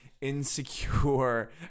insecure